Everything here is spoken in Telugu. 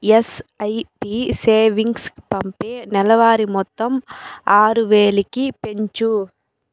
ఎస్ఐపి సేవింగ్స్ పంపే నెలవారీ మొత్తం ఆరు వేలకి పెంచు